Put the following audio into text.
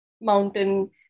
mountain